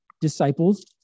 disciples